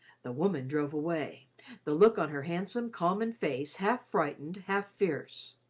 the woman drove away the look on her handsome, common face half frightened, half fierce.